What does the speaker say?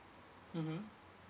mmhmm